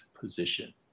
position